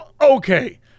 Okay